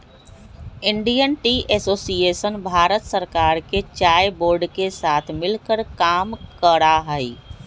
Indian tea association Bharat सरकार के चाय बोर्ड के साथ मिलकर काम करा हई